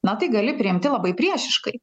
na tai gali priimti labai priešiškai